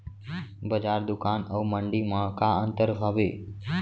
बजार, दुकान अऊ मंडी मा का अंतर हावे?